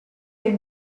del